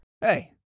Hey